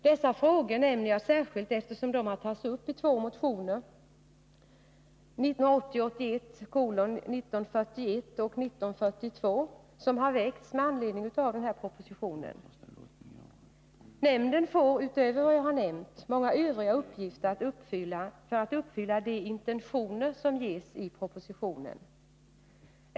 Dessa frågor nämner jag särskilt, eftersom de har tagits upp i två motioner, 1980 81:1942, som har väckts med anledning av propositionen. Nämnden får utöver vad jag har nämnt många andra uppgifter för att kunna uppfylla de intentioner som ges i propositionen.